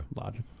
Logic